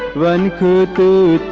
one two